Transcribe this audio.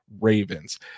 Ravens